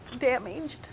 damaged